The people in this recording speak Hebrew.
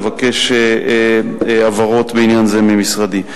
לבקש הבהרות בעניין זה ממשרדי.